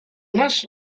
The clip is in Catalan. nas